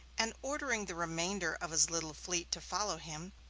and ordering the remainder of his little fleet to follow him,